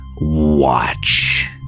watch